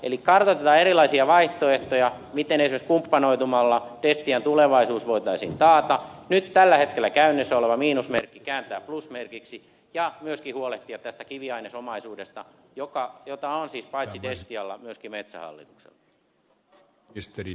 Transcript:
eli kartoitetaan erilaisia vaihtoehtoja miten esimerkiksi kumppanoitumalla destian tulevaisuus voitaisiin taata nyt tällä hetkellä käynnissä oleva miinusmerkki kääntää plusmerkiksi ja myöskin huolehtia tästä kiviainesomaisuudesta jota on siis paitsi destialla myöskin metsähallituksella